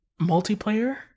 multiplayer